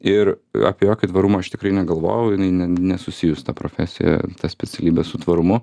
ir apie jokį tvarumą aš tikrai negalvojau jinai ne nesusijus ta profesija ta specialybė su tvarumu